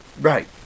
Right